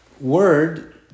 word